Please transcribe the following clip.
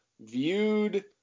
viewed